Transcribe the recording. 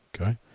okay